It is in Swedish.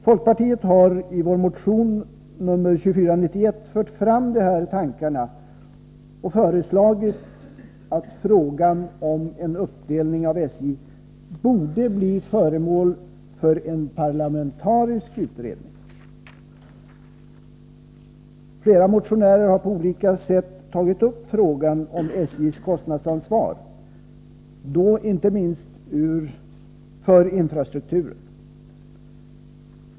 Folkpartiet har i motion 1983/84:2491 fört fram de här tankarna och föreslagit att frågan om en uppdelning av SJ skall bli föremål för en parlamentarisk utredning. Flera motionärer har på olika sätt tagit upp frågan om SJ:s kostnadsansvar, då inte minst för infrastrukturen.